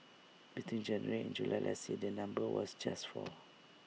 between January and July last year the number was just four